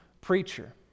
preacher